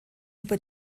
über